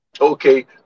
Okay